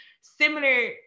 similar